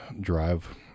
drive